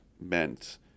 meant